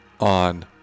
on